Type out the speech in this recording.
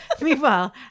Meanwhile